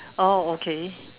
oh okay